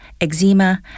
eczema